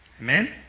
Amen